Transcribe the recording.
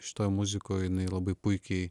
šitoj muzikoj jinai labai puikiai